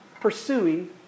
pursuing